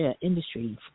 industries